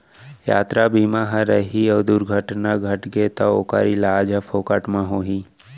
यातरा बीमा ह रही अउ दुरघटना घटगे तौ ओकर इलाज ह फोकट म होही